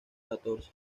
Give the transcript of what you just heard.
catorce